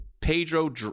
Pedro